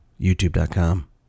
youtube.com